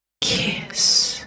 Kiss